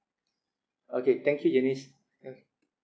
okay thank you janice okay